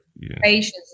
Patience